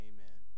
Amen